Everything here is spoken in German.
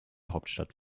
hauptstadt